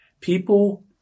People